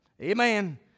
Amen